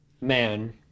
man